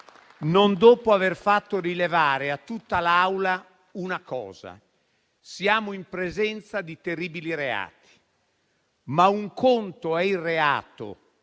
non dopo aver fatto rilevare a tutta l'Assemblea che siamo in presenza di terribili reati, ma un conto è il reato